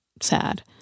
sad